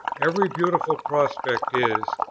every beautiful prospect, is,